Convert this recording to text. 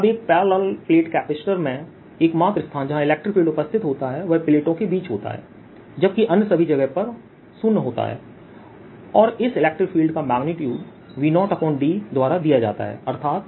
अब एक parallel plate capacitor में एकमात्र स्थान जहां इलेक्ट्रिक फील्ड उपस्थित होता है वह प्लेटों के बीच होता है जबकि अन्य सभी जगहों पर शून्य होता है और इस इलेक्ट्रिक फील्ड का मेग्नीट्यूड V0dद्वारा दिया जाता है अर्थात